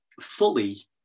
fully